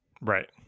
Right